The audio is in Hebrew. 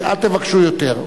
אל תבקשו יותר.